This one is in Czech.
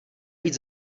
být